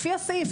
לפי הסעיף,